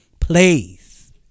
please